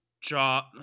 job